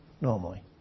normally